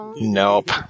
nope